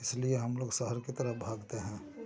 इसलिए हम लोग शहर की तरफ भागते हैं